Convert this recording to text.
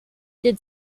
did